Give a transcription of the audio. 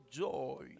joy